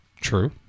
True